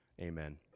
amen